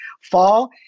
fall